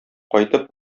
кайтып